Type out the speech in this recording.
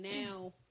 now